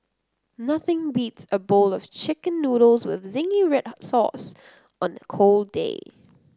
nothing beats a bowl of chicken noodles with zingy red sauce on a cold day